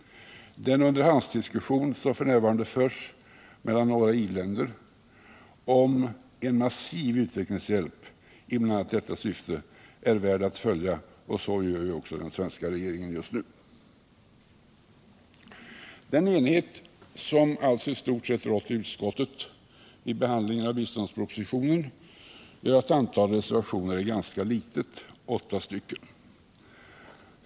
Den underhandsdiskussion som f. n. förs mellan några i-länder om en massiv utvecklingshjälp i bl.a. detta syfte är värd att följa, och så gör också den svenska regeringen just nu. Den enighet som alltså i stort sett rått i utskottet vid behandlingen av biståndspropositionen gör att antalet reservationer är ganska litet, åtta stycken.